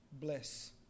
bless